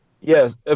Yes